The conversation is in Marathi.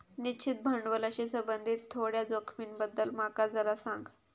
निश्चित भांडवलाशी संबंधित थोड्या जोखमींबद्दल माका जरा सांग